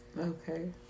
Okay